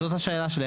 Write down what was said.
זאת השאלה שלי,